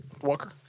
Walker